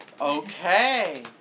Okay